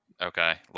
Okay